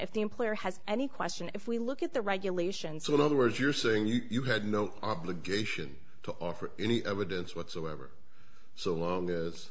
if the employer how any question if we look at the regulations in other words you're saying you had no obligation to offer any evidence whatsoever so long as